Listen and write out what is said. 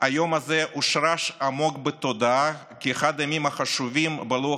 היום הזה הושרש עמוק בתודעה כאחד הימים החשובים בלוח